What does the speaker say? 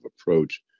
approach